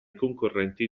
concorrenti